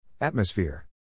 Atmosphere